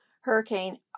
Hurricane